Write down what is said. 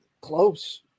close